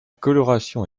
coloration